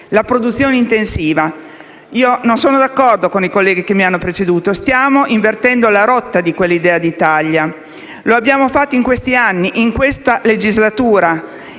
la produzione intensiva. Non sono d'accordo con i colleghi che mi hanno preceduto. Stiamo invertendo la rotta di quell'idea di Italia. Lo abbiamo fatto in questi anni, in questa legislatura,